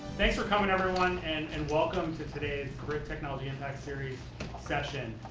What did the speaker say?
thanks for coming everyone and and welcome to today's britt technology impact series session.